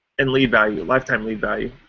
and lead value lifetime lead value.